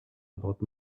about